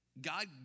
God